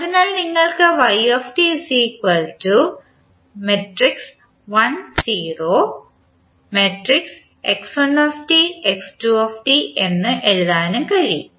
അതിനാൽ നിങ്ങൾക്ക് എന്ന് എഴുതാനും കഴിയും